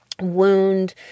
wound